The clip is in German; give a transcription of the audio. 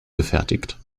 gefertigt